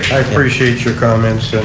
appreciate your comments so